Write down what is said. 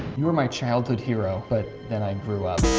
you were my childhood hero. but. then i grew up.